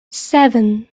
seven